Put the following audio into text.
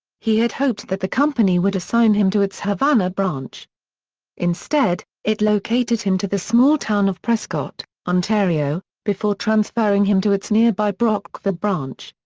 he had hoped that the company would assign him to its havana branch instead, it located him to the small town of prescott, ontario, before transferring him to its nearby brockville branch.